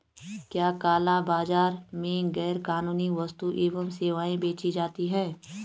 क्या काला बाजार में गैर कानूनी वस्तुएँ एवं सेवाएं बेची जाती हैं?